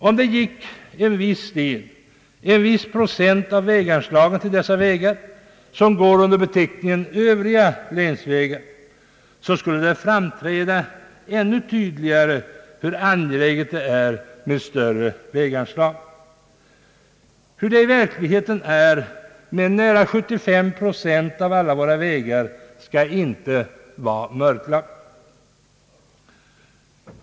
Om en viss del, en viss procent, av väganslaget gick till de vägar som går under beteckningen övriga länsvägar skulle det framträda ännu tydligare hur angeläget det är med större väganslag. Hur det i verkligheten förhåller sig med nära 75 procent av alla våra vägar skall inte vara mörklagt.